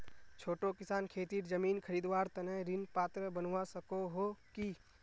छोटो किसान खेतीर जमीन खरीदवार तने ऋण पात्र बनवा सको हो कि?